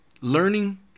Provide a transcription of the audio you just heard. learning